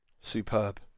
Superb